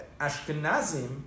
Ashkenazim